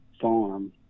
farm